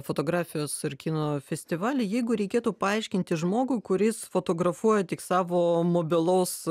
fotografijos ir kino festivalį jeigu reikėtų paaiškinti žmogui kuris fotografuoja tik savo mobilaus